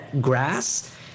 grass